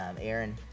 Aaron